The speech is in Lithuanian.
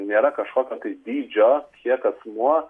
nėra kažkokio tai dydžio kiek asmuo